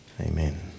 Amen